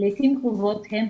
"לעיתים קרובות הם,